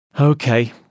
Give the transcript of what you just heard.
Okay